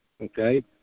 Okay